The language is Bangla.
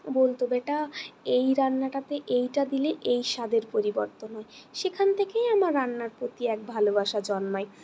বলত বেটা এই রান্নাটাতে এইটা দিলে এই স্বাদের পরিবর্তন হয় সেখান থেকেই আমার রান্নার প্রতি এক ভালোবাসা জন্মায়